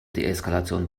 deeskalation